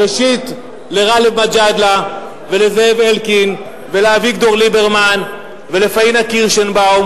בראשית לגאלב מג'אדלה ולזאב אלקין ולאביגדור ליברמן ולפניה קירשנבאום,